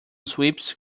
sweeps